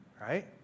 right